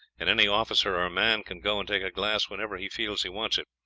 and any officer or man can go and take a glass whenever he feels he wants it.